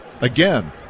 Again